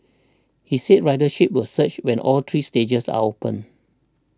he said ridership will surge when all three stages are open